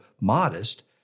modest